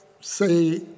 say